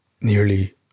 nearly